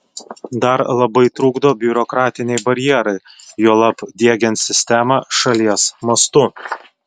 dar labai trukdo biurokratiniai barjerai juolab diegiant sistemą šalies mastu